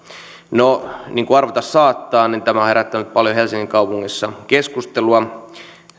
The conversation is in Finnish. no niin kuin arvata saattaa nämä kaavapäätökset ovat herättäneet helsingin kaupungissa paljon keskustelua